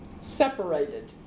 separated